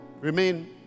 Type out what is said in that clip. Remain